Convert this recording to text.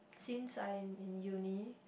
since I am in uni